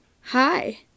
Hi